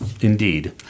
Indeed